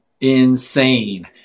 Insane